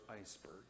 iceberg